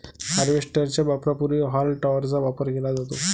harvester च्या वापरापूर्वी हॉल टॉपरचा वापर केला जातो